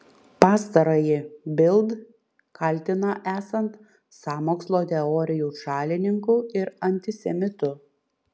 pastarąjį bild kaltina esant sąmokslo teorijų šalininku ir antisemitu